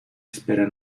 espera